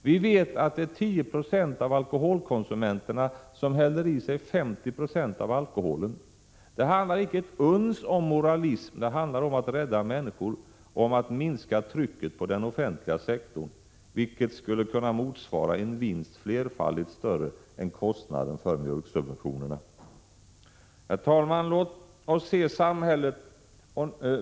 Vi vet att det är 10 90 av alkoholkonsumenterna som häller i sig 50 96 av alkoholen. Det handlar icke ett uns om moralism, det handlar om att rädda människor och om att minska trycket på den offentliga sektorn, vilket skulle kunna motsvara en vinst flerfaldigt större än kostnaden för mjölksubventionerna. Herr talman!